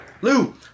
Lou